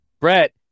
Brett